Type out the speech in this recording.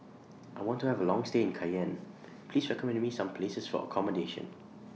I want to Have A Long stay in Cayenne Please recommend Me Some Places For accommodation